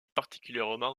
particulièrement